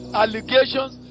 allegations